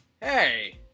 hey